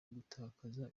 gutakaza